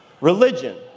Religion